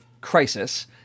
crisis